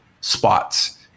spots